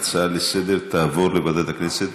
ההצעה לסדר תעבור לוועדת הכנסת,